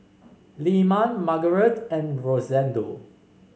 Lyman Margarete and Rosendo